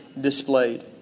displayed